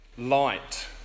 light